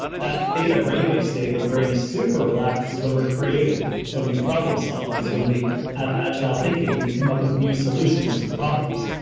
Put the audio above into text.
that theta brainwave state where the brain is super relaxed is when we're creative. it's when we problem solve and it's when we have agile thinking when you come up with new solutions to problems.